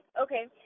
Okay